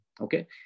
Okay